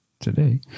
today